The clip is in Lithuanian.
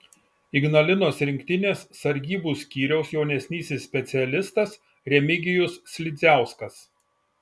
ignalinos rinktinės sargybų skyriaus jaunesnysis specialistas remigijus slidziauskas